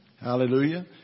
Hallelujah